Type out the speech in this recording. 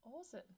Awesome